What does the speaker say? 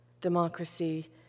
democracy